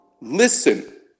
Listen